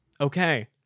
Okay